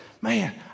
Man